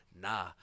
Nah